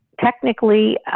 technically